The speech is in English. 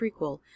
prequel